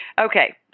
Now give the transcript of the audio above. okay